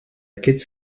aquest